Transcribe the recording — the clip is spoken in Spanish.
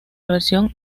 versión